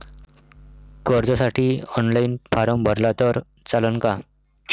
कर्जसाठी online form भरला तर चालन का?